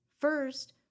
First